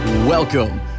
Welcome